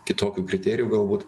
kitokių kriterijų galbūt